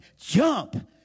jump